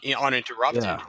uninterrupted